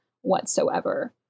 whatsoever